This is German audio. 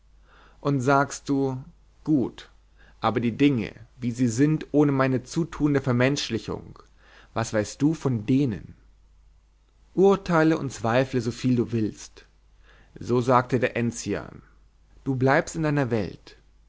und sagst du gut aber die dinge wie sie sind ohne meine zutuende vermenschlichung was weißt du von denen urteile und zweifle soviel du willst so sagte der enzian du bleibst in deiner welt